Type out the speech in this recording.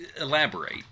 elaborate